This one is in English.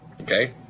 okay